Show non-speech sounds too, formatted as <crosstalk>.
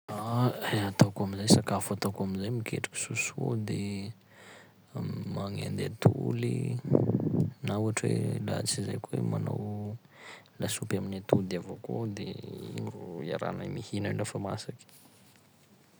<hesitation> Ataoko am'zay- sakafo ataoko am'zay miketriky sosoa de <hesitation> magnendy atoly, <noise> na ohatry hoe laha tsy zay koa hoe manao lasopy amin'ny atody avao koa aho de igny ro iarahanay mihina lafa masaky.